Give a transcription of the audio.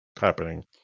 happening